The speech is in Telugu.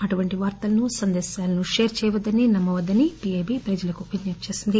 ఇటువంటి వార్తలను సందేశాలను షేర్ చేయవద్దని నమ్మవద్దని పిఐబి ప్రజలకు విజ్స ప్తి చేసింది